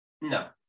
No